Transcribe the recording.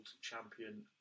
champion